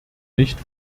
nicht